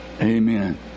Amen